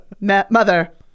mother